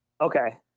Okay